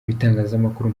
ibitangazamakuru